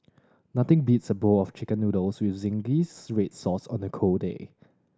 nothing beats a bowl of Chicken Noodles with zingy red sauce on a cold day